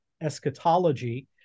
eschatology